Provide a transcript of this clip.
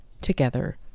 together